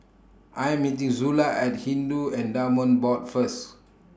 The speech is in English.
I Am meeting Zula At Hindu Endowments Board First